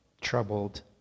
troubled